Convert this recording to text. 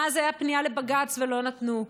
ואז הייתה פנייה לבג"ץ ולא נתנו,